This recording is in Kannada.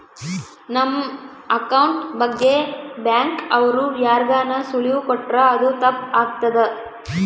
ನಮ್ ಅಕೌಂಟ್ ಬಗ್ಗೆ ಬ್ಯಾಂಕ್ ಅವ್ರು ಯಾರ್ಗಾನ ಸುಳಿವು ಕೊಟ್ರ ಅದು ತಪ್ ಆಗ್ತದ